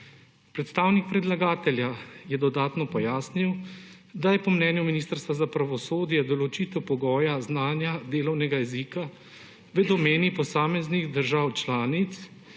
Predstavnik predlagatelja je dodatno pojasnil, da je po mnenju Ministrstva za pravosodje določitev pogoja znanja delovnega jezika v domeni posameznih držav članic,